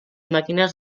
màquines